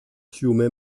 fiume